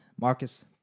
Marcus